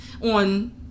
on